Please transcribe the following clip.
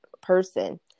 person